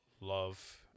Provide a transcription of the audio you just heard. love